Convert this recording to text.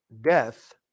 death